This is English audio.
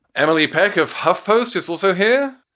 emily peck of huff post is also here.